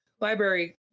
library